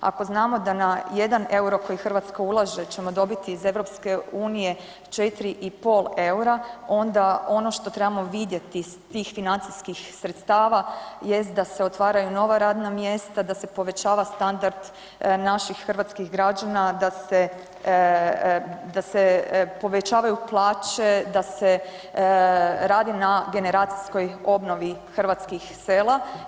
Ako znamo da na 1 EUR-o koji Hrvatska ulaže ćemo dobiti iz EU 4,5 EUR-a onda ono što trebamo vidjeti iz tih financijskih sredstava jest da se otvaraju nova radna mjesta da se povećava standard naših hrvatskih građana, da se, da se povećavaju plaće, da se radi na generacijskoj obnovi hrvatskih sela.